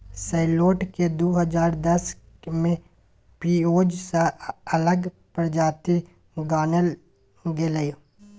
सैलोट केँ दु हजार दस मे पिओज सँ अलग प्रजाति गानल गेलै